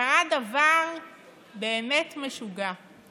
קרה דבר באמת משוגע: